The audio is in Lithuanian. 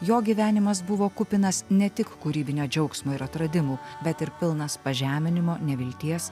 jo gyvenimas buvo kupinas ne tik kūrybinio džiaugsmo ir atradimų bet ir pilnas pažeminimo nevilties